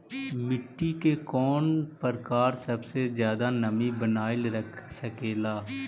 मिट्टी के कौन प्रकार सबसे जादा नमी बनाएल रख सकेला?